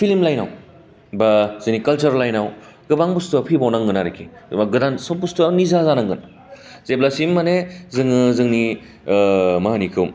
film लाइनाव बा जोंनि खालसार लाइनाव गोबां बुस्टुया फैबाव नांगोन आरखि गोदान सब बुस्टुयानो निजा जानांगोन जेब्लासिम माने जोङो जोंनि मा होनो इखौ